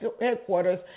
headquarters